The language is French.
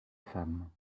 femme